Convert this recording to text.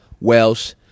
Welsh